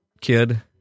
kid